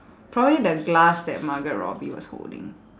probably the glass that margot robbie was holding